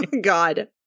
God